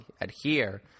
adhere